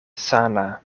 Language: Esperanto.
sana